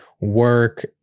work